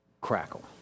crackle